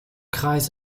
kreis